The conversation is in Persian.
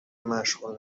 مشغول